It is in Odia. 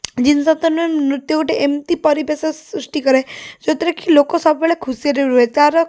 ଜିନିଷ ତ ନୁହେଁ ନୃତ୍ୟ ଗୋଟେ ଏମତି ପରିବେଶ ସୃଷ୍ଟି କରେ ଯେଉଁଥିରେକି ଲୋକ ସବୁବେଳେ ଖୁସିରେ ରୁହେ ତା'ର